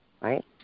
right